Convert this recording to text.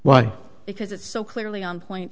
well because it's so clearly on point